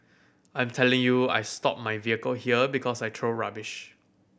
I'm telling you I stop my vehicle here because I throw rubbish